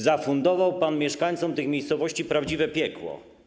Zafundował pan mieszkańcom tych miejscowości prawdziwe piekło.